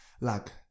Luck